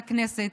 לכנסת.